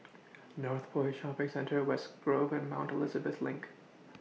Northpoint Shopping Centre West Grove and Mount Elizabeth LINK